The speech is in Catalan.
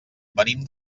venim